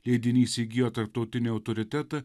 leidinys įgijo tarptautinį autoritetą